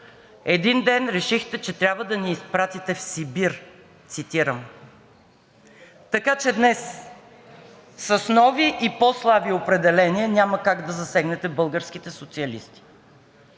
един ден решихте, цитирам: „че трябва да ни изпратите в Сибир“?! Така че днес с нови и по-слаби определения няма как да засегнете българските социалисти.